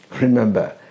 Remember